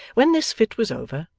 when this fit was over,